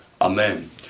Amen